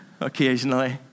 occasionally